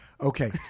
Okay